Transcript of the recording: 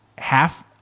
Half